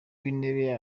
w’intebe